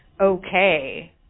okay